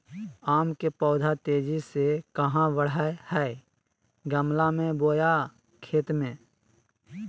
आम के पौधा तेजी से कहा बढ़य हैय गमला बोया खेत मे?